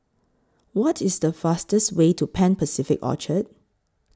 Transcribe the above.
What IS The fastest Way to Pan Pacific Orchard